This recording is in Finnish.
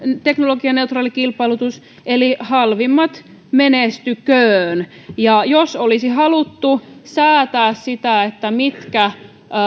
teknologianeutraali kilpailutus eli halvimmat menestykööt ja jos olisi haluttu säätää siitä mitkä